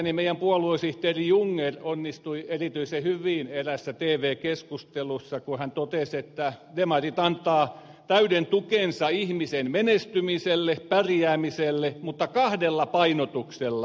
mielestäni meidän puoluesihteerimme jungner onnistui erityisen hyvin eräässä tv keskustelussa kun hän totesi että demarit antavat täyden tukensa ihmisen menestymiselle pärjäämiselle mutta kahdella painotuksella